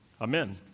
Amen